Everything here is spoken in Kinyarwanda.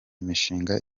imishinga